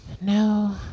No